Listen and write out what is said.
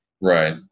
Right